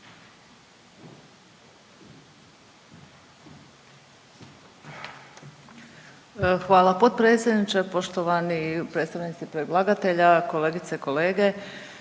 Hvala potpredsjedniče, poštovani predstavnici predlagatelja, kolegice i kolege.